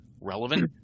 relevant